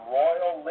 royal